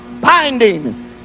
binding